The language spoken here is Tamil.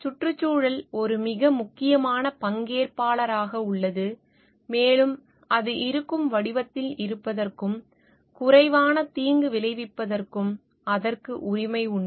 சுற்றுச்சூழல் ஒரு மிக முக்கியமான பங்கேற்பாளராக உள்ளது மேலும் அது இருக்கும் வடிவத்தில் இருப்பதற்கும் குறைவான தீங்கு விளைவிப்பதற்கும் அதற்கு உரிமை உண்டு